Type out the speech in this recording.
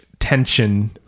tension